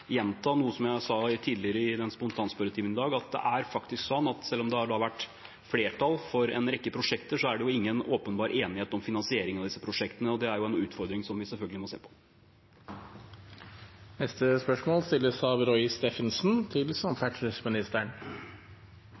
gjenta noe som jeg sa tidligere i dag, i spontanspørretimen, at det er faktisk slik at selv om det har vært flertall for en rekke prosjekter, er det ingen åpenbar enighet om finansiering av disse prosjektene. Det er en utfordring som vi selvfølgelig må se på. «I en sak på NRK 7. februar tar leder av transport- og kommunikasjonskomiteen, Erling Sande, til